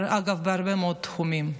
אגב, בהרבה מאוד תחומים,